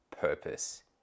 purpose